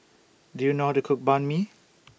Do YOU know How to Cook Banh MI